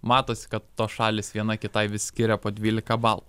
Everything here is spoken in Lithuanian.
matosi kad tos šalys viena kitai vis skiria po dvylika balų